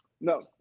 No